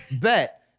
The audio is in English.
bet